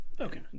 Okay